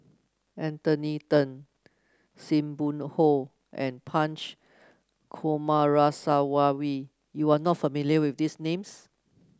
Anthony Then Sim Hoo and Punch Coomaraswamy you are not familiar with these names